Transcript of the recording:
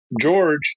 George